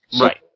Right